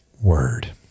word